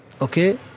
okay